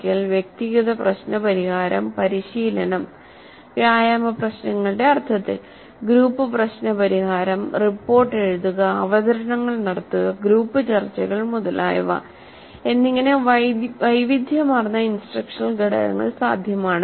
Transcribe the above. ക്കൽ വ്യക്തിഗത പ്രശ്ന പരിഹാരം പരിശീലനം വ്യായാമ പ്രശ്നങ്ങളുടെ അർത്ഥത്തിൽ ഗ്രൂപ്പ് പ്രശ്ന പരിഹാരം റിപ്പോർട്ട് എഴുതുക അവതരണങ്ങൾ നടത്തുക ഗ്രൂപ്പ് ചർച്ചകൾ മുതലായവ എന്നിങ്ങനെ വൈവിധ്യമാർന്ന ഇൻസ്ട്രക്ഷണൽ ഘടകങ്ങൾ സാധ്യമാണ്